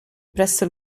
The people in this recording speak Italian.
presso